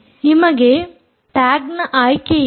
ನಿಮಗೆ ಟ್ಯಾಗ್ನ ಆಯ್ಕೆಯಿದೆ